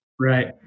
Right